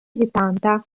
settanta